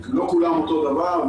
לא כולם אותו דבר.